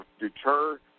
deter